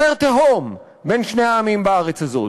תהום יותר עמוקה בין שני העמים בארץ הזאת?